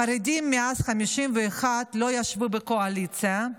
החרדים מאז 51' לא ישבו בקואליציה,